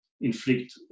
inflict